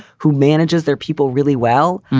who manages their people really well.